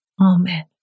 Amen